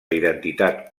identitat